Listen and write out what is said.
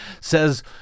says